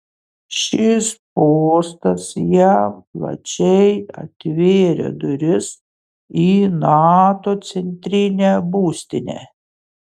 šis postas jam plačiai atvėrė duris į nato centrinę būstinę